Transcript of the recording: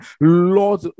Lord